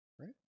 right